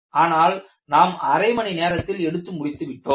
ஆனால் நாம் அரை மணி நேரத்தில் எடுத்து முடித்து விட்டோம்